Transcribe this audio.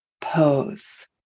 pose